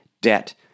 debt